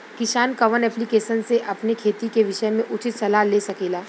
किसान कवन ऐप्लिकेशन से अपने खेती के विषय मे उचित सलाह ले सकेला?